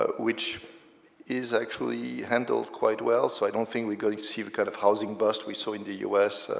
ah which is actually handled quite well, so i don't think we're going to see the kind of housing bust we saw in the u s.